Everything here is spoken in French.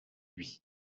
lui